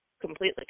completely